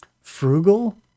frugal